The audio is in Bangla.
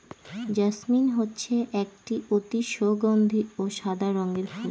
জাসমিন হচ্ছে একটি অতি সগন্ধি ও সাদা রঙের ফুল